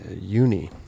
Uni